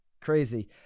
crazy